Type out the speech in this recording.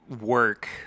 work